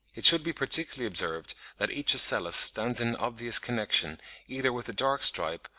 it should be particularly observed that each ocellus stands in obvious connection either with a dark stripe,